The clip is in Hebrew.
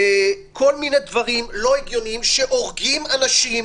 כל מיני דברים לא הגיוניים שהורגים אנשים,